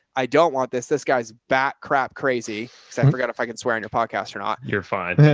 i don't want this, this guy's bat crap crazy. cause i forgot if i can swear on your podcast or not. you're fine.